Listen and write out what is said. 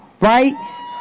right